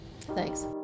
Thanks